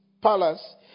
palace